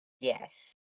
Yes